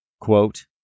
Quote